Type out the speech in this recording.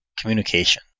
communication